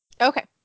Okay